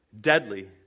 deadly